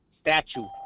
statue